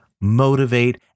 motivate